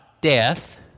death